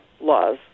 laws